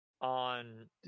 on